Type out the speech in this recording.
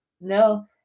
No